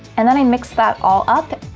and then i mix that all up,